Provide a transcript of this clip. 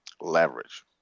leverage